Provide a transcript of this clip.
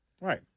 Right